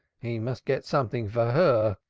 he must get something for her.